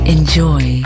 Enjoy